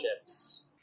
ships